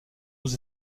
aux